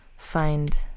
find